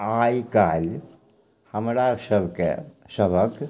आइ काल्हि हमरा सबके सभक